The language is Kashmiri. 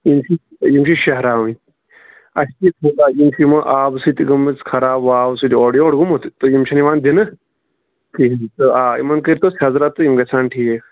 یِم چھِ یِم چھِ شیرناوٕنۍ اسہِ یِم چھِ یِمو آبہٕ سۭتۍ گٲمٕژ خَراب واوٕ سۭتۍ اورٕ یور گوٚمُت تہٕ یِم چھِنہٕ یِوان دِنہٕ کِہیٖنٛۍ تہٕ آ یِمن کٔرۍتَو سیٚزرا تہٕ یِم گَژھہَن ٹھیٖک